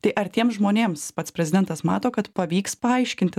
tai ar tiems žmonėms pats prezidentas mato kad pavyks paaiškinti